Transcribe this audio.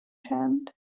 chant